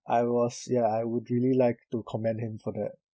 I was ya I would really like to commend him for that